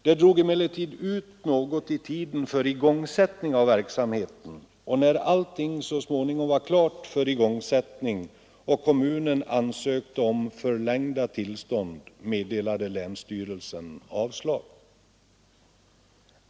Det drog emellertid ut något på tiden med igångsättningen av verksamheten, och när allting så småningom var klart för igångsättning och kommunen ansökte om förlängda tillstånd meddelade länsstyrelsen avslag.